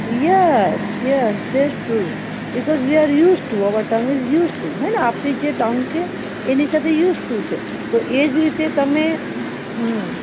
yes yes just true because we are use to our tongue is use to હે ને આપણી જે tongue જે છે એ એની સાથે યુઝ ટુ છે તો એ જ રીતે તમે હમ